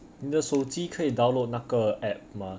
你的手机可以 download 那个 app 吗